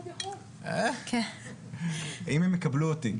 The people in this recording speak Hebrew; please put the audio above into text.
--- אם הם יקבלו אותי.